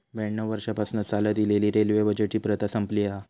ब्याण्णव वर्षांपासना चालत इलेली रेल्वे बजेटची प्रथा संपवली हा